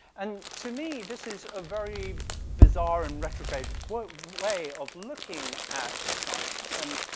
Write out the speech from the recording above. and to me, this is a very bizarre and retrograde way of looking at science, and,